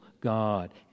God